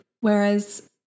Whereas